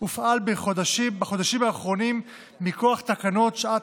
הופעל בחודשים האחרונים מכוח תקנות שעת